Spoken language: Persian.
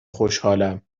خوشحالم